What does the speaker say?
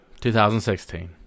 2016